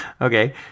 Okay